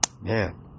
Man